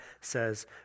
says